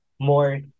more